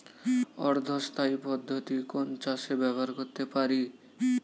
অর্ধ স্থায়ী পদ্ধতি কোন চাষে ব্যবহার করতে পারি?